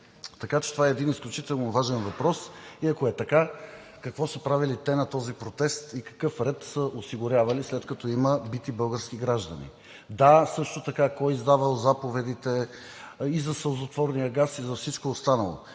Така че това е един изключително важен въпрос и ако е така – какво са правили те на този протест и какъв ред са осигурявали, след като има бити български граждани? Да, също така кой е издавал заповедите и за сълзотворния газ, и за всичко останало?